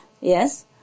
yes